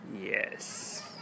Yes